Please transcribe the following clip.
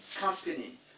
Company